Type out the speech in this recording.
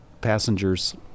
Passengers